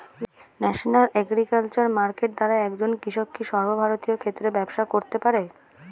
National agriculture market দ্বারা একজন কৃষক কি সর্বভারতীয় ক্ষেত্রে ব্যবসা করতে পারে?